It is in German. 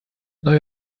neue